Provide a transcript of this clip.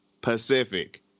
Pacific